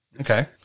Okay